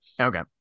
Okay